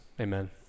amen